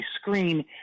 screen